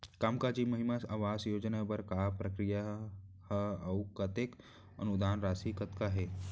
कामकाजी महिला छात्रावास खोले बर का प्रक्रिया ह अऊ कतेक अनुदान राशि कतका हे?